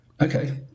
Okay